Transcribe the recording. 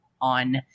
on